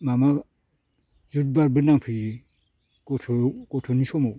माबा जुदबारबो नांफैयो गथ' गथ'नि समाव